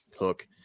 hook